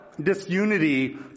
disunity